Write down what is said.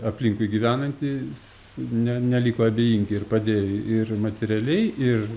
aplinkui gyvenantys ne neliko abejingi ir padėjo ir materialiai ir